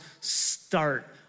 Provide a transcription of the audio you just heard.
start